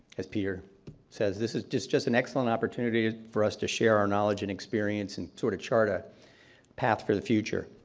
as peter says, this is just just an excellent opportunity for us to share our knowledge and experience and sort of chart a path for the future.